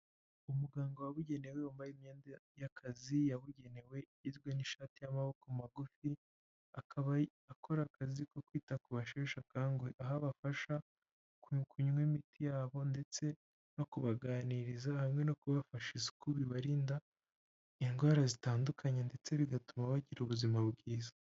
Umuganga wabugenewe wambaye imyenda y'akazi yabugenewe igizwe n'ishati y'amaboko magufi akaba akora akazi ko kwita ku basheshakanguhe aho abafasha kunywa imiti yabo ndetse no kubaganiriza hamwe no kubafasha isuku bibarinda indwara zitandukanye ndetse bigatuma bagira ubuzima bwiza.